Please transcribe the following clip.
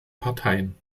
parteien